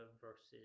versus